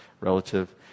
relative